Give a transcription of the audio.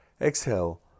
Exhale